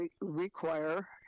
require